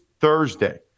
Thursday